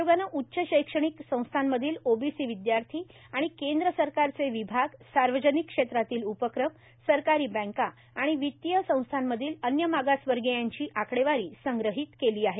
आयोगानं उच्च शैक्षणिक संस्थामधील ओबीसी विद्यार्थी आणि केन्द्र सरकारचे विभाग सार्वजनिक क्षेत्रातील उपक्रम सरकारी बैंका आणि वित्तीय संस्थामधील अन्य मागासवर्गीयांची आकडेवारी संग्रहित केली आहे